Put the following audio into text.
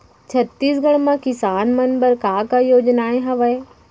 छत्तीसगढ़ म किसान मन बर का का योजनाएं हवय?